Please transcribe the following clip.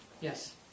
Yes